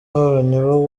wanyu